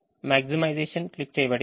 maximisation click చేయబడింది